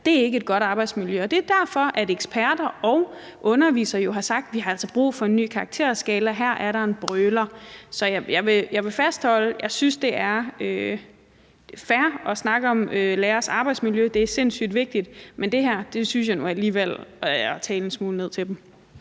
Det er ikke et godt arbejdsmiljø. Og det er derfor, at eksperter og undervisere jo har sagt: Vi har altså brug for en ny karakterskala; her er der en brøler. Så jeg vil fastholde, at jeg synes, det er fair at snakke om lærernes arbejdsmiljø; det er sindssyg vigtigt. Men det her synes jeg nu alligevel er at tale en smule ned til dem.